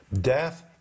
Death